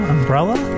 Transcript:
Umbrella